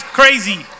crazy